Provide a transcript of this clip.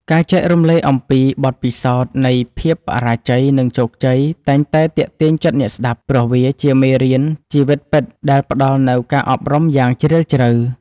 ការចែករំលែកអំពី បទពិសោធន៍នៃភាពបរាជ័យ និងជោគជ័យ តែងតែទាក់ទាញចិត្តអ្នកស្ដាប់ ព្រោះវាជាមេរៀនជីវិតពិតដែលផ្ដល់នូវការអប់រំយ៉ាងជ្រាលជ្រៅ។